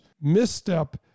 misstep